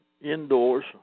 indoors